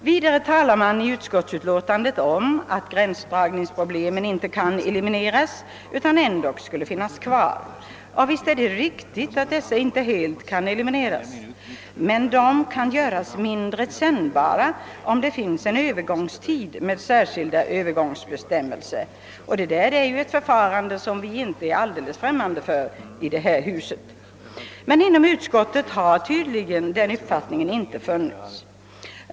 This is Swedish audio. Vidare anförs i utskottsutlåtandet att gränsdragningsproblemen inte kan elimineras utan ändå skulle finnas kvar. Visst är det riktigt att dessa problem inte helt kan elimineras, men de kan göras mindre kännbara om det finns särskilda övergångsbestämmelser under en övergångstid. Det är ett förfarande som vi ju inte är helt främmande för i riksdagen. Men inom utskottet har tydligen den uppfattningen inte funnits.